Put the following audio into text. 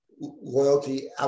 loyalty